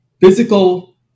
physical